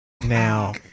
now